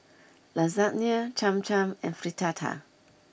Lasagne Cham Cham and Fritada